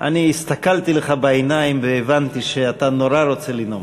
אני הסתכלתי לך בעיניים והבנתי שאתה נורא רוצה לנאום.